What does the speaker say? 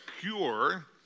cure